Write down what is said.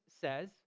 says